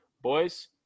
Boys